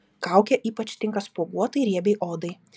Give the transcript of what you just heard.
kaukė ypač tinka spuoguotai riebiai odai